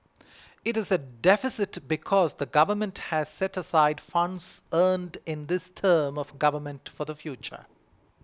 it is a deficit because the Government has set aside funds earned in this term of government for the future